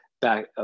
back